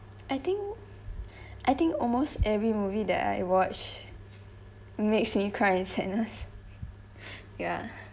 I think I think almost every movie that I watch makes me cry in sadness ya